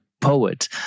poet